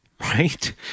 right